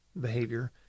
behavior